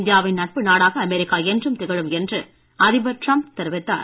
இந்தியாவின் நட்பு நாடாக அமெரிக்கா என்றும் திகழும் என்று அதிபர் ட்ரம்ப் அறிவித்தார்